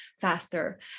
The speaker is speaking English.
faster